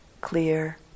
clear